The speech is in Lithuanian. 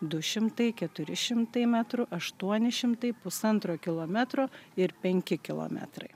du šimtai keturi šimtai metrų aštuoni šimtai pusantro kilometro ir penki kilometrai